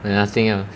then nothing ah